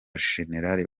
jenerali